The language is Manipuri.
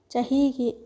ꯆꯍꯤꯒꯤ